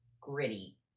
gritty